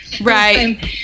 right